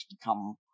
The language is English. become